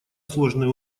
сложные